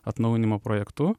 atnaujinimo projektu